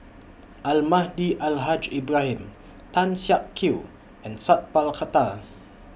Almahdi Al Haj Ibrahim Tan Siak Kew and Sat Pal Khattar